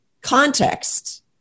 context